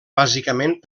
bàsicament